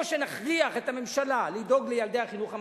או שנכריח את הממשלה לדאוג לילדי החינוך הממלכתי,